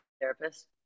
therapist